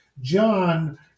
John